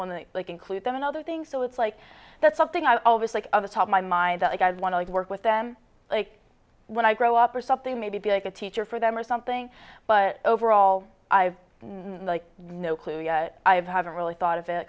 to like include them in other things so it's like that's something i always like of the top my mind that you guys want to work with them like when i grow up or something maybe like a teacher for them or something but overall i have no clue yet i've haven't really thought of it